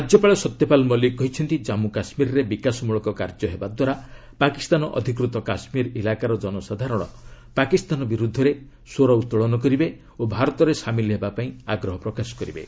ରାଜ୍ୟପାଳ ସତ୍ୟପାଳ ମଲିକ୍ କହିଛନ୍ତି ଜାମ୍ମୁ କାଶ୍ମୀରରେ ବିକାଶମୂଳକ କାର୍ଯ୍ୟ ହେବା ଦ୍ୱାରା ପାକିସ୍ତାନ ଅଧିକୃତ କାଶ୍ମୀର କଇଲାକାର ଜନସାଧାରଣ ପାକିସ୍ତାନ ବିରୁଦ୍ଧରେ ଆନ୍ଦୋଳନ କରିବେ ଓ ଭାରତରେ ସାମିଲ ହେବାକୁ ଆଗ୍ରହ ପ୍ରକାଶ କରିବେ